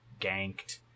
ganked